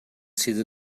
sydd